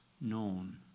known